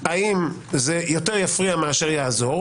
האם זה יותר יפריע מאשר יעזור,